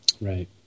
right